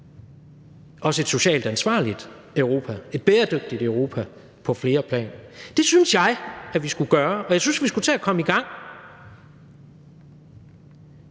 et socialt ansvarligt Europa og et bæredygtigt Europa på flere planer. Det synes jeg at vi skulle gøre, og jeg synes, vi skulle tage at komme i gang